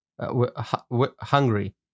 hungry